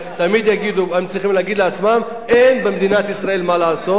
תמיד הם צריכים להגיד לעצמם: אין במדינת ישראל מה לעשות,